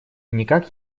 никак